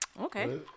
Okay